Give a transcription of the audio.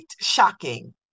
shocking